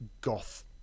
goth